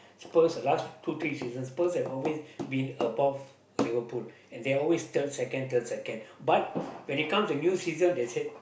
Spurs the last two three seasons Spurs is always been above Liverpool and they are always third second third second but when it comes to new season they say